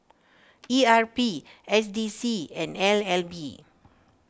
E R P S D C and N L B